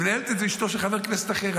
והיום מנהלת את זה אשתו של חבר כנסת אחר.